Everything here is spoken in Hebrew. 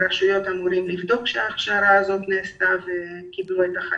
והרשויות אמורות לבדוק שההכשרה הזו נעשתה ושהם קיבלו את החתימה.